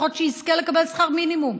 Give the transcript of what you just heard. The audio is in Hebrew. שיזכה לפחות לקבל שכר מינימום.